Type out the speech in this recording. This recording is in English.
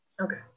Okay